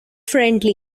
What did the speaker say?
friendly